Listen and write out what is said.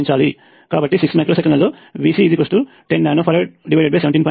కాబట్టి 6 మైక్రో సెకన్లలో VC 10 nano farad 17